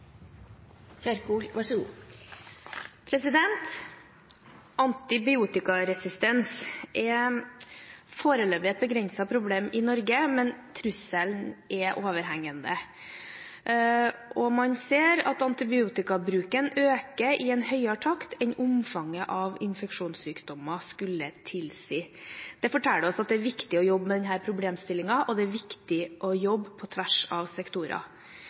overhengende. Man ser at antibiotikabruken øker i en høyere takt enn omfanget av infeksjonssykdommer skulle tilsi. Det forteller oss at det er viktig å jobbe med denne problemstillingen, og det er viktig å jobbe på tvers av sektorer.